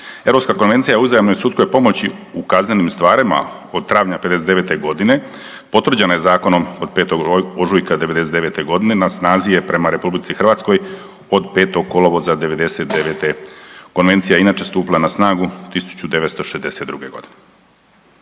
Europska konvencija u uzajamnoj sudskoj pomoći u kaznenim stvarima od travnja '59.g. potvrđena je zakonom od 5. ožujka '99.g. na snazi je prema RH od 5. kolovoza '99. Konvencija je inače stupila na snagu 1962.g.